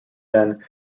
then